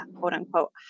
quote-unquote